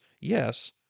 yes